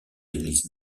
églises